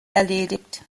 erledigt